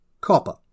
copper